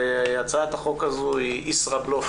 הצעת החוק הזאת היא ישראבלוף